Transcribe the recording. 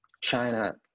China